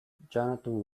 jonathan